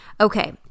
Okay